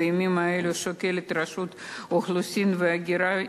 בימים אלה שוקלת רשות האוכלוסין וההגירה,